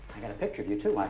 i got a picture of you too, like